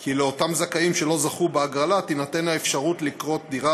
כי לאותם זכאים שלא זכו בהגרלה תינתן האפשרות לקנות דירת